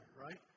right